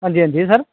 आं जी आं जी सर